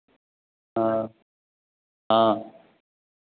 हाँ हाँ